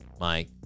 Mike